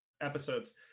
episodes